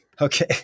okay